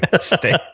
Stay